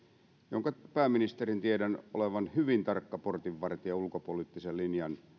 jonka pääministerin tiedän olevan hyvin tarkka portinvartija ulkopoliittisen linjan